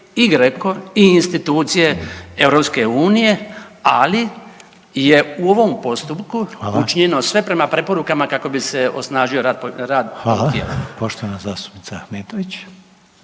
i GRECO i institucije EU, ali je u ovom postupku učinjeno sve prema preporukama kako bi se osnažio rad tog tijela.